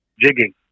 jigging